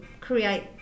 create